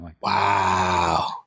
Wow